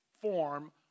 form